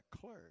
clerk